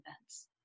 events